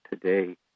today